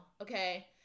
Okay